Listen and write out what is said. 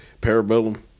Parabellum